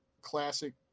classic